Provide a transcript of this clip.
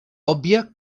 òbvia